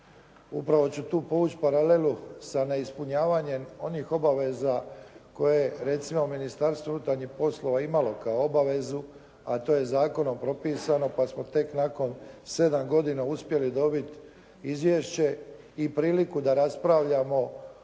Upravo ću tu povući paralelu sa neispunjavanjem onih obaveza koje je recimo Ministarstvo unutarnjih poslova imalo kao obavezu, a to je zakonom propisano pa smo tek nakon sedam godina uspjeli dobiti izvješće i priliku da raspravljamo o